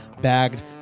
bagged